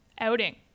outing